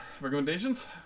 Recommendations